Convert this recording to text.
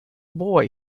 boy